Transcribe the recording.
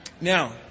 Now